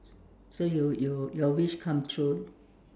so you you your wish come true